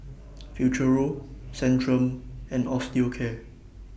Futuro Centrum and Osteocare